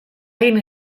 haien